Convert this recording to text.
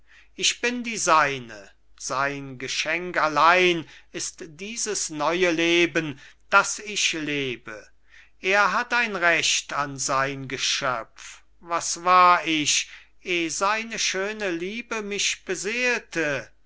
ich bin die seine sein geschenk allein ist dieses neue leben das ich lebe er hat ein recht an sein geschöpf was war ich eh seine schöne liebe mich beseelte